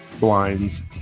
blinds